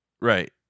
right